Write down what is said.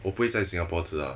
我不会在 singapore 吃 ah